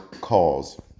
calls